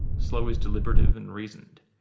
slow is deliberative and reasoned.